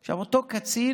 עכשיו, אותו קצין